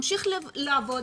ממשיך לעבוד,